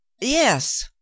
Yes